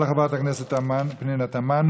תודה רבה לחברת הכנסת פנינה תמנו.